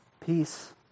Peace